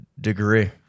degree